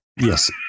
Yes